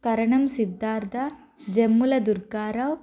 Karanam Siddhartha Jammula Durgarao